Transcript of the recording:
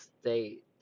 state